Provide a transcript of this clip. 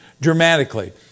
dramatically